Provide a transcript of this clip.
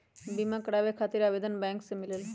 बिमा कराबे खातीर आवेदन बैंक से मिलेलु?